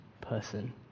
person